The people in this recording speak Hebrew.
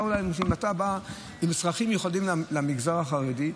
באו אליי אנשים: אתה בא עם צרכים מיוחדים למגזר החרדי,